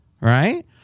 right